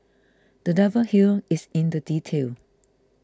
the devil here is in the detail